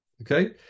Okay